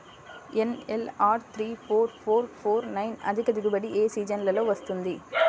NLR three four four four nine అధిక దిగుబడి ఏ సీజన్లలో వస్తుంది?